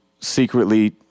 secretly